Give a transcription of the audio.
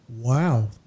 Wow